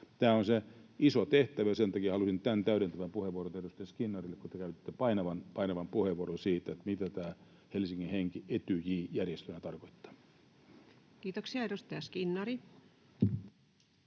Tämä on se iso tehtävä, ja sen takia halusin käyttää tämän täydentävän puheenvuoron edustaja Skinnarille, kun te käytitte painavan puheenvuoron siitä, mitä tämä Helsingin henki Etyj-järjestelmässä tarkoittaa. Kiitoksia. — Edustaja Skinnari.